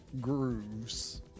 grooves